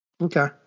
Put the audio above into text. Okay